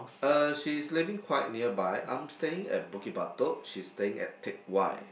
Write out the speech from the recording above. uh she is living quite nearby I'm staying at Bukit Batok she is staying at Teck Whye